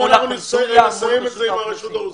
נסיים את זה עם רשות האוכלוסין.